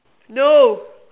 no